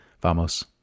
Vamos